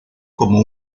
como